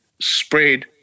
spread